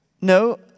No